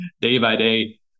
day-by-day